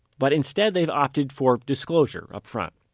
but instead they've opted for disclosure upfront.